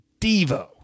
Devo